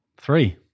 Three